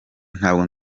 ntabwo